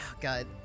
god